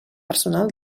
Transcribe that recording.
personal